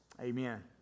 Amen